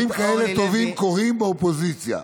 אבל דברים כאלה טובים קורים באופוזיציה.